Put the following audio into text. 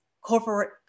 corporate